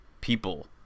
people